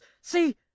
See